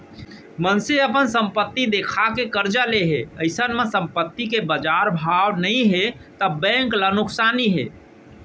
मनसे अपन संपत्ति देखा के करजा ले हे अइसन म संपत्ति के बजार म भाव नइ हे त बेंक ल नुकसानी हे